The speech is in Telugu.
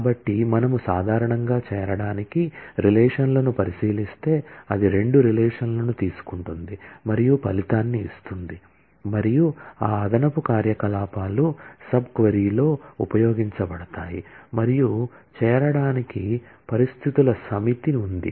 కాబట్టి మనము సాధారణంగా చేరడానికి రిలేషన్ లను పరిశీలిస్తే అది రెండు రిలేషన్ లను తీసుకుంటుంది మరియు ఫలితాన్ని ఇస్తుంది మరియు ఆ అదనపు కార్యకలాపాలు సబ్ క్వరీ లో ఉపయోగించబడతాయి మరియు చేరడానికి పరిస్థితుల సమితి ఉంది